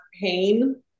pain